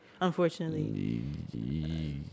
Unfortunately